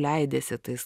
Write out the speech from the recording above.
leidiesi tais